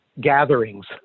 gatherings